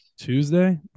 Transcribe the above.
Tuesday